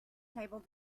table